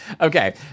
Okay